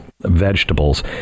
vegetables